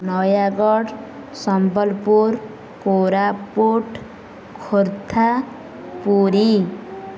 Nayagarh Sambalpur Koraput Khordha Puri